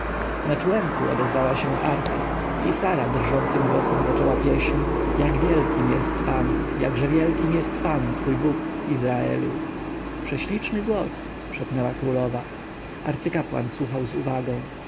na czółenku odezwała się arfa i sara drżącym głosem zaczęła pieśń jak wielkim jest pan jakże wielkim jest pan twój bóg izraelu prześliczny głos szepnęła królowa arcykapłan słuchał z uwagą